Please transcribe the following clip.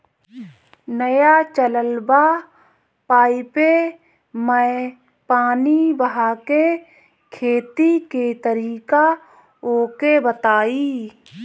नया चलल बा पाईपे मै पानी बहाके खेती के तरीका ओके बताई?